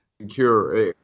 Secure